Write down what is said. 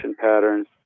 patterns